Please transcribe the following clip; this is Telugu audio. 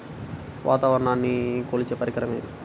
వాతావరణాన్ని కొలిచే పరికరం ఏది?